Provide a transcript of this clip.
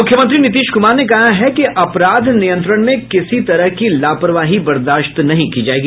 मुख्यमंत्री नीतीश कुमार ने कहा है कि अपराध नियंत्रण में किसी तरह की लापरवाही बर्दाश्त नहीं की जायेगी